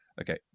okay